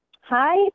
Hi